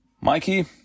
Mikey